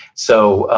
so,